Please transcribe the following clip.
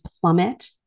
plummet